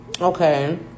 Okay